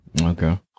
Okay